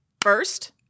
First